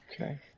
Okay